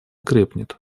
крепнет